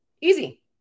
Easy